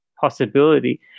possibility